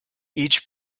each